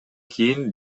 кийин